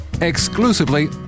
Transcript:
exclusively